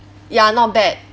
ya not bad